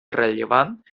rellevant